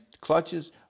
clutches